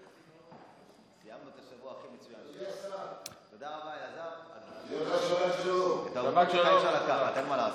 ההצעה להעביר את הנושא לוועדת הכלכלה נתקבלה.